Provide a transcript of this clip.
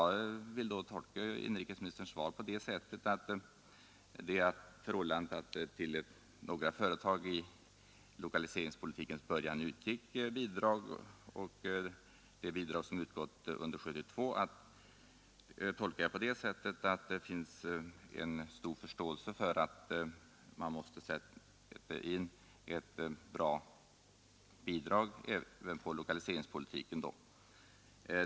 Inrikesministerns svar, att det i lokaliseringspolitikens början utgick bidrag till några företag och även under 1972, vill jag då tolka på det sättet att det finns en stor förståelse för att man måste ge ett bra bidrag även till lokaliseringspolitiken.